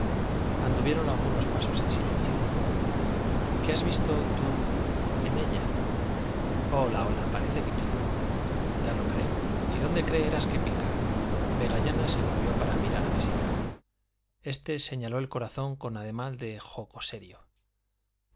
anduvieron algunos pasos en silencio qué has visto tú en ella hola hola parece que pica ya lo creo y dónde creerás que pica vegallana se volvió para mirar a mesía este señaló el corazón con ademán